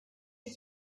ich